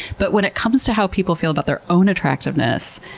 but when it comes to how people feel about their own attractiveness,